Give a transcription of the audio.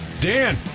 Dan